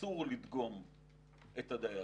אסור לדגום את הדיירים.